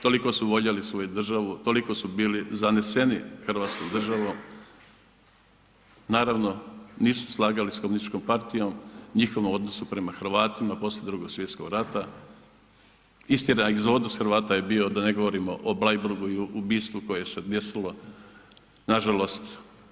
Toliko su voljeli svoju državu, toliko su bili zaneseni Hrvatskom državom, naravno nisu se slagali sa komunističkom partijom, njihovom odnosu prema Hrvatima poslije Drugog svjetskog rata, istina egzodus Hrvata je bio da ne govorimo o Bleiburgu i ubojstvu koje se desilo, nažalost.